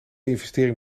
investering